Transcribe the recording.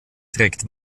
trägt